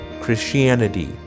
Christianity